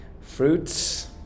fruits